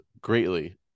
greatly